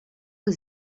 aux